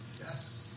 Yes